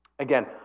Again